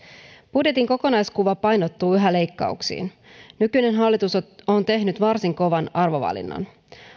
budjetin kokonaiskuva painottuu yhä leikkauksiin nykyinen hallitus on tehnyt varsin kovan arvovalinnan